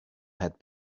had